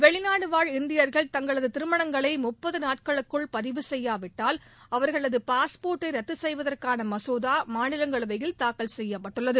வெளிநாடுவாழ் இந்தியர்கள் தங்களது திருமணங்களை முப்பது நாட்களுக்குள் பதிவு செய்யாவிட்டால் அவர்களது பாஸ்போர்ட்டை ரத்து செய்வதற்கான மசோதா மாநிலங்களவையில் தாக்கல் செய்யப்பட்டுள்ளது